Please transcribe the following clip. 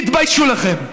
סליחה, חברים, תתביישו לכם.